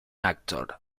actor